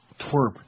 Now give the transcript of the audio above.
Twerp